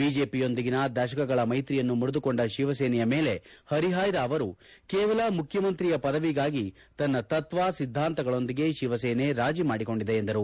ಬಿಜೆಪಿಯೊಂದಿಗಿನ ದಶಕಗಳ ಮೈತ್ರಿಯನ್ನು ಮುರಿದುಕೊಂಡ ಶಿವಸೇನೆಯ ಮೇಲೆ ಪರಿಹಾಯ್ದ ಅವರು ಕೇವಲ ಮುಖ್ಯಮಂತ್ರಿಯ ಪದವಿಗಾಗಿ ತನ್ನ ತತ್ವ ಸಿದ್ದಾಂತಗಳೊಂದಿಗೆ ಶಿವಸೇನೆ ರಾಜಿ ಮಾಡಿಕೊಂಡಿದೆ ಎಂದರು